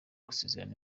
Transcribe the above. gusezerana